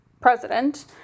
president